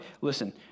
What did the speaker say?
listen